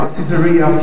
Caesarea